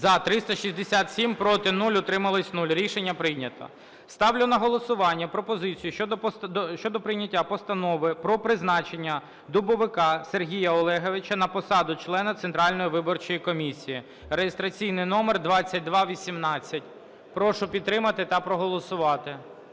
За-367 Проти – 0, утримались – 0. Рішення прийнято. Ставлю на голосування пропозицію щодо прийняття Постанови про призначення Дубовика Сергія Олеговича на посаду члена Центральної виборчої комісії (реєстраційний номер 2218). Прошу підтримати та проголосувати.